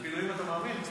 על פינויים אתה מאמין?